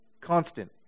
constant